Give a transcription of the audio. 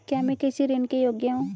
क्या मैं कृषि ऋण के योग्य हूँ?